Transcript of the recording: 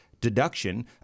deduction